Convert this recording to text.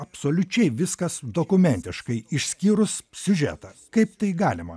absoliučiai viskas dokumentiškai išskyrus siužetą kaip tai galima